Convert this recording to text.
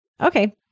Okay